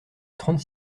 trente